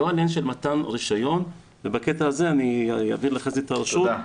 לא על העניין של מתן רישיון ובקטע הזה אני אעביר לחזי את רשות הדיבור.